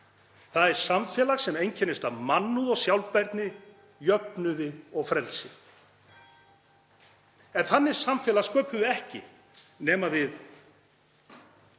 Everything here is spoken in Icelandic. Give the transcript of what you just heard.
Það er samfélag sem einkennist af mannúð og sjálfbærni, jöfnuði og frelsi. En þannig samfélag sköpum við ekki nema við